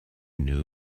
knew